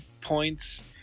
points